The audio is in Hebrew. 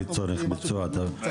(ד) שר המשפטים,